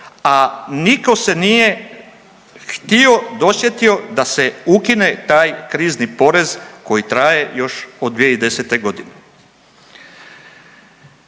a niko se nije htio i dosjetio da se ukine taj krizni porez koji traje još od 2010.g..